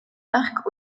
marques